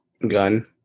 Gun